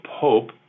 Pope